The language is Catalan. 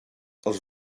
els